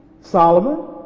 Solomon